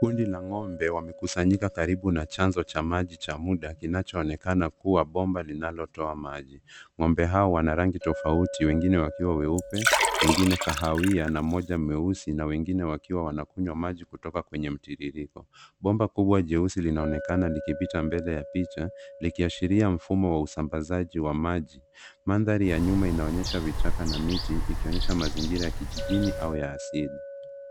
Kundi la ng'ombe wamekusanyika karibu na chanzo ca maji cha mda kinachoonekana kuwa bomba linalotoa maji. Ng'ombe hawa wana rangi tofauti wengine wakiwa weupe, wengine kahawia na mmoja mweusi na wengine wakiwa wanakunywa maji kutoka kwenye mtiririko. Bomba kubwa jeusi linaonekana likipita mbele ya picha likiashiria mfumo wa usambazaji wa maji. Mandhari ya nyuma inaonyesha vichaka na miti ikionyesha mazingira ya kijijini au ya asili.